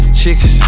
chicks